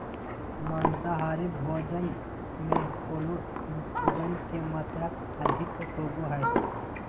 माँसाहारी भोजन मे कोलेजन के मात्र अधिक होवो हय